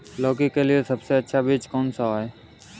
लौकी के लिए सबसे अच्छा बीज कौन सा है?